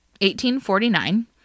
1849